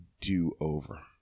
do-over